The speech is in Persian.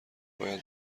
باید